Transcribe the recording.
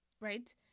Right